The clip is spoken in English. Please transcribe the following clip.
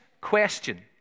question